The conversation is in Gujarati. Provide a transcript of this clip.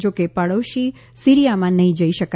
જો કે પડોસી સિરિયામાં નહીં જઇ શકે